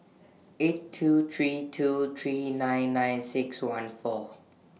eight two three two three nine nine six one four